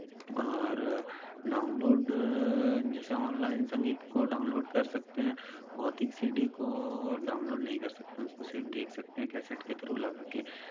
और डाउनलोड जैसे ऑनलाइन संगीत को डाउनलोड कर सकते हैं भौतिक सी डी को डाउनलोड नहीं कर सकते उसको सिर्फ देख सकते हैं कैसेट के थ्रू लगा के